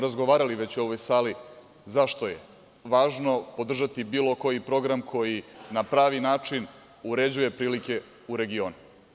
Razgovarali smo već u ovoj sali za što je važno podržati bilo koji program koji na pravi način uređuje prilike u regionu.